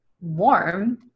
warm